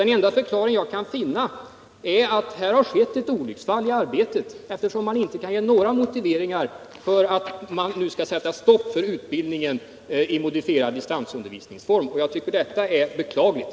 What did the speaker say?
Den enda förklaring jag kan finna är att här har det skett ett olycksfall i arbetet, eftersom man inte kan ge någon motivering för ett stopp för utbildningen i modifierad distansundervisningsform. Jag tycker att detta är beklagligt.